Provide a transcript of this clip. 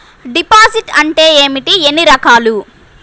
Deposit అంటే ఏమిటీ ఎన్ని రకాలు?